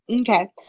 Okay